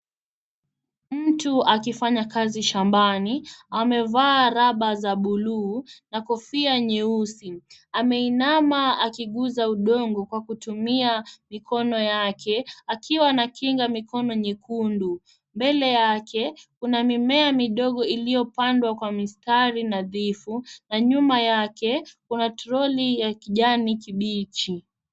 Mtu akifanya kazi shambani, amevaa raba za buluu na kofia nyeusi. Ameinama akiguza udongo kwa kutumia mikono yake, akiwa na kinga mikono nyekundu. Mbele yake, kuna mimea midogo iliyopandwa kwa mistari nadhifu na nyuma yake kuna trolley ya kijani kibichi.